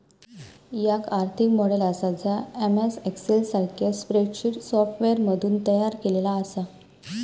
याक आर्थिक मॉडेल आसा जा एम.एस एक्सेल सारख्या स्प्रेडशीट सॉफ्टवेअरमधसून तयार केलेला आसा